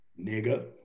nigga